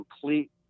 complete